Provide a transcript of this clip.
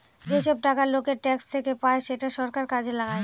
যেসব টাকা লোকের ট্যাক্স থেকে পায় সেটা সরকার কাজে লাগায়